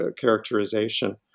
characterization